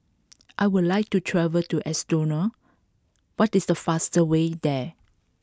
I would like to travel to Estonia what is the fastest way there